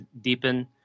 deepen